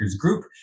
group